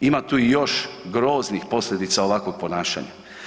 Ima tu i još groznih posljedica ovakvog ponašanja.